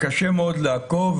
קשה מאוד לעקוב,